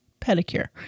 pedicure